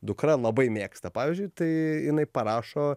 dukra labai mėgsta pavyzdžiui tai jinai parašo